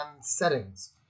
settings